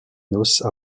noces